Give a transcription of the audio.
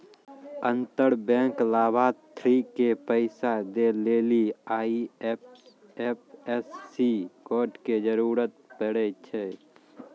अंतर बैंक लाभार्थी के पैसा दै लेली आई.एफ.एस.सी कोड के जरूरत पड़ै छै